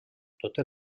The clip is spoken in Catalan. totes